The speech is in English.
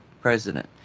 president